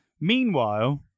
Meanwhile